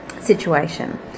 situation